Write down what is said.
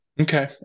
okay